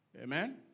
Amen